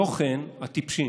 לא כן הטיפשים.